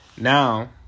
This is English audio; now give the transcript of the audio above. Now